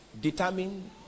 determine